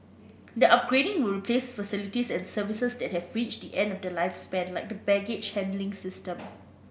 the upgrading will replace facilities and services that have reached the end of their lifespan like the baggage handling system